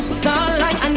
starlight